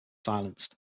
silenced